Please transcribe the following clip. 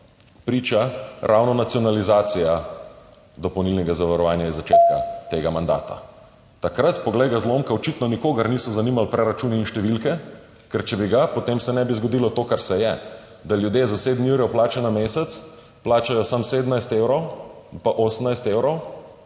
priča ravno nacionalizacija dopolnilnega zavarovanja z začetka tega mandata. Takrat, poglej ga, zlomka, očitno nikogar niso zanimali preračuni in številke. Ker če bi ga, potem se ne bi zgodilo to, kar se je – da ljudje s 7 jurji evrov plače na mesec plačajo samo 17 evrov ali pa 18 evrov,